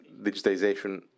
digitization